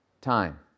time